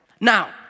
Now